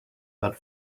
but